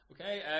Okay